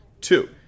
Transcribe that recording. Two